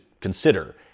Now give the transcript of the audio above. consider